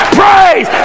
praise